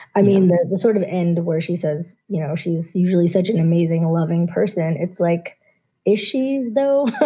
i mean, that sort of end where she says, you know, she's usually such an amazing, loving person. it's like ishi, though,